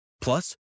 Plus